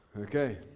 Okay